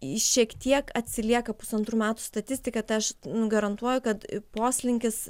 šiek tiek atsilieka pusantrų metų statistika tai aš garantuoju kad poslinkis